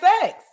sex